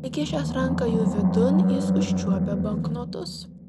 įkišęs ranką jų vidun jis užčiuopė banknotus